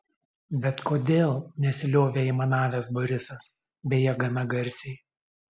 bet kodėl nesiliovė aimanavęs borisas beje gana garsiai